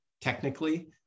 technically